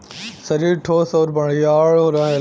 सरीर ठोस आउर बड़ियार रहेला